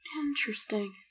Interesting